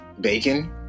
bacon